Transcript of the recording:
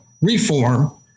reform